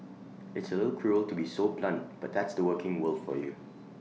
it's cruel to be so blunt but that's the working world for you